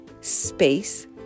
space